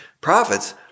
prophets